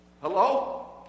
Hello